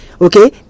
Okay